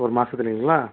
ஒரு மாதத்துலீங்களா